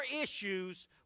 issues